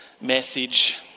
message